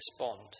respond